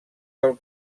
del